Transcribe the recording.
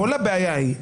כל הבעיה היא,